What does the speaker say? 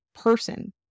person